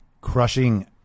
crushing